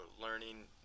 learning